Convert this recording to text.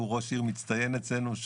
שהוא ראש עיר מצטיין אצלנו,